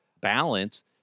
balance